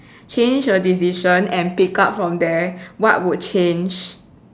change your decision and pick up from there what would change